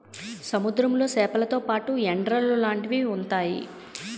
సముద్రంలో సేపలతో పాటు ఎండ్రలు లాంటివి ఉంతాయి